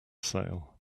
sale